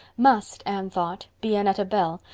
must, anne thought, be annetta bell,